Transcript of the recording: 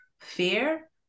fear